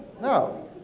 No